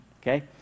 okay